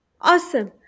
Awesome